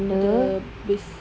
the bas~